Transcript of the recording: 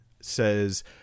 says